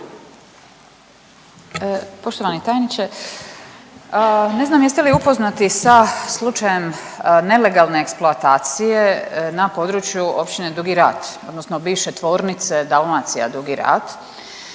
Poštovani tajniče. Ne znam jeste li upoznati sa slučajem nelegalne eksploatacije na području Općine Dugi Rat odnosno bivše Tvornice Dalmacija Dugi Rat